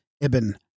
ibn